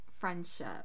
friendship